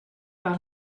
par